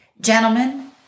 gentlemen